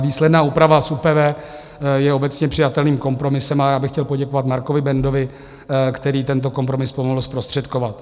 Výsledná úprava z ÚPV je obecně přijatelným kompromisem a já bych chtěl poděkovat Markovi Bendovi, který tento kompromis pomohl zprostředkovat.